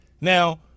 Now